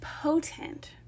potent